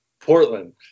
Portland